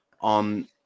on